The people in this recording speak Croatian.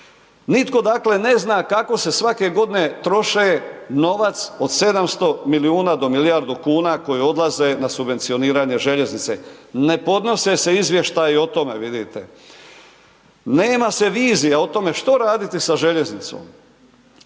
Nitko, dakle, ne zna kako se svake godine troše novac od 700 milijuna do milijardu kuna koje odlaze na subvencioniranje željeznice. Ne podnose se izvještaji o tome, vidite. Nema se vizija o tome što radite sa željeznicom.